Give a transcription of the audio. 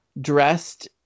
dressed